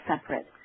separate